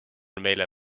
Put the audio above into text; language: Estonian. meile